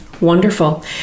Wonderful